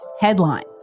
headlines